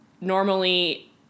normally